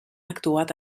actuat